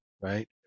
right